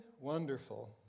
wonderful